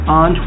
on